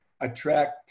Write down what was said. attract